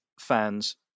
fans